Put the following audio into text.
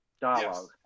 Dialogue